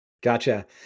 Gotcha